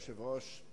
כבוד היושב-ראש,